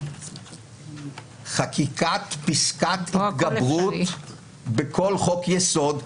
חקיקת פסקת התגברות בכל חוק-יסוד,